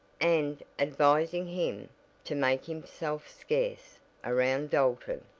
and advising him to make himself scarce around dalton,